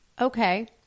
okay